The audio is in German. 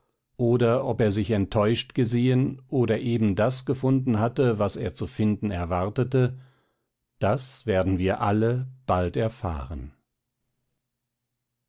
oder schlechter geht ob er sich enttäuscht gesehen oder ebendas gefunden hat was er zu finden erwartete das werden wir alle bald erfahren